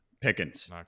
Pickens